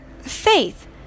faith